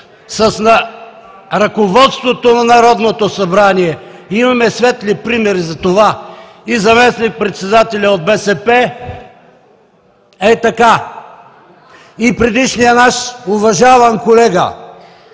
с ръководството на Народното събрание. Имаме светли примери за това: и заместник-председателят от БСП, ей така, и предишният наш уважаван колега